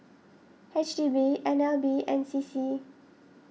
H D B N L B and C C